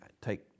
take